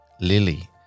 Lily